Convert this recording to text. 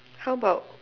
how about